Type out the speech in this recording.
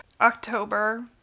October